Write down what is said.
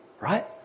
right